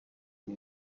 ibi